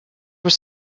were